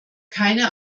keine